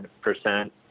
percent